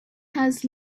has